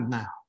now